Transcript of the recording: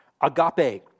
Agape